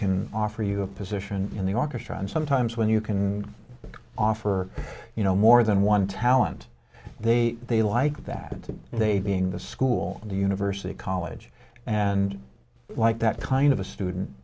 can offer you a position in the orchestra and sometimes when you can offer you know more than one talent they they like that and they being the school of the university college and like that kind of a student